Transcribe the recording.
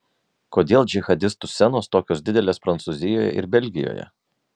kodėl džihadistų scenos tokios didelės prancūzijoje ir belgijoje